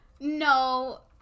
No